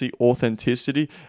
authenticity